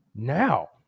now